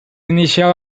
initial